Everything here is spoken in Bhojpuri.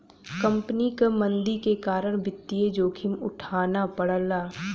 कंपनी क मंदी के कारण वित्तीय जोखिम उठाना पड़ला